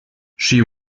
she